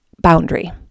boundary